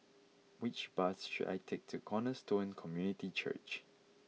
which bus should I take to Cornerstone Community Church